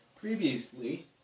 previously